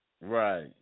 Right